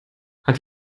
hat